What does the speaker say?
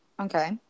Okay